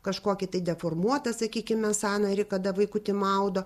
kažkokį tai deformuotą sakykime sąnarį kada vaikutį maudo